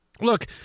Look